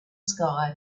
sky